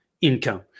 income